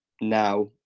now